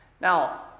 Now